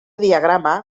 diagrama